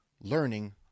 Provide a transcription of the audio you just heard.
learning